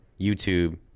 YouTube